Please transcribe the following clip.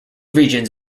regions